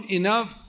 enough